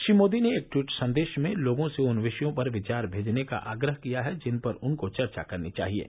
श्री मोदी ने एक ट्वीट संदेश में लोगों से उन विषयों पर विचार भेजने का आग्रह किया है जिन पर उनको चर्चा करनी चाहिये